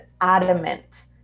adamant